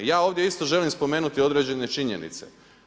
Ja ovdje isto želim spomenuti određene činjenice.